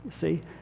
see